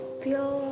feel